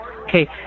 Okay